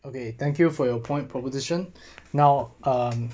okay thank you for your point proposition now um